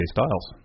Styles